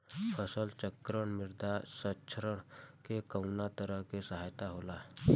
फसल चक्रण मृदा संरक्षण में कउना तरह से सहायक होला?